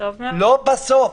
לא בסוף.